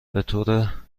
بطور